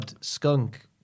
skunk